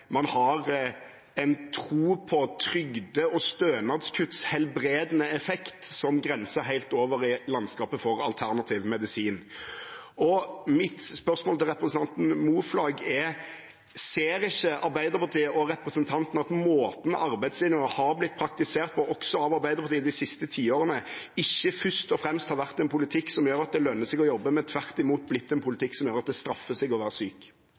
man har en tro på trygde- og stønadskutts helbredende effekt som grenser helt over i landskapet for alternativ medisin. Mitt spørsmål til representanten Moflag er: Ser ikke Arbeiderpartiet og representanten at måten arbeidslinjen har blitt praktisert på også av Arbeiderpartiet de siste tiårene, ikke først og fremst har vært en politikk som gjør at det lønner seg å jobbe, men tvert imot blitt en politikk som gjør at det straffer seg å være syk?